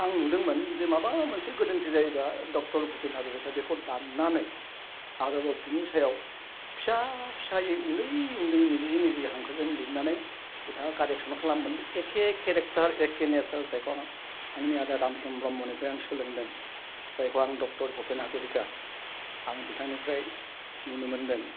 आं नुदोंमोन जे माबा मोनसे गोरोन्थि जायोबा डक्टर भुपेन हाज'रिकाया बेखौ दान्नानै आरोबाव बिनि सायाव फिसा फिसायै उन्दै उन्दैयै मिजि मिजि हांखोजों लिरनानै बिथाङा कारेकसन खालामोमोन एके एके केरेक्टार एके नेसारेल जायखौ आंनि आदा दामसुं ब्रह्मनिफ्राय आं सोलोंदों जायखौ आं डक्टर भुपेन हाज'रिका आं बिथांनिफ्राय नुनो मोनदों